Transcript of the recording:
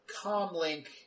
comlink